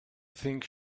think